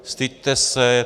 Styďte se.